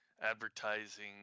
advertising